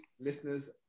listeners